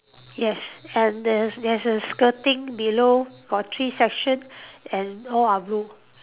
yes and there's there's a skirting below got three section and all are blue